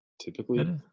Typically